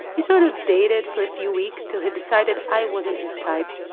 we sort of dated for a few weeks, till he decided i wasn't his type,